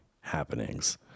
happenings